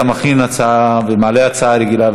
אתה מכין הצעה ומעלה הצעה רגילה,